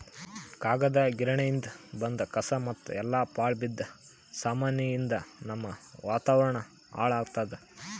ಕಾಗದ್ ಗಿರಣಿಯಿಂದ್ ಬಂದ್ ಕಸಾ ಮತ್ತ್ ಎಲ್ಲಾ ಪಾಳ್ ಬಿದ್ದ ಸಾಮಾನಿಯಿಂದ್ ನಮ್ಮ್ ವಾತಾವರಣ್ ಹಾಳ್ ಆತ್ತದ